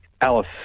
Alice